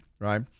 right